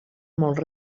molt